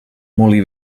molí